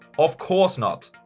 of course not!